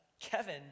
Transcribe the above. Kevin